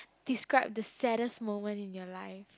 describe the saddest moment in your life